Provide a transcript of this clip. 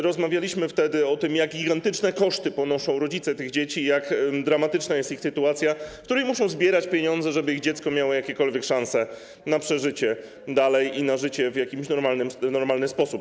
Rozmawialiśmy wtedy o tym, jak gigantyczne koszty ponoszą rodzice tych dzieci i jak dramatyczna jest ich sytuacja: muszą zbierać pieniądze, żeby ich dziecko miało jakiekolwiek szanse na przeżycie i na życie w miarę normalny sposób.